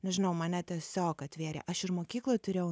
nežinau mane tiesiog atvėrė aš ir mokykloj turėjau